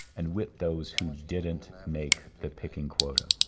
and whipped those who didn't make the picking quota.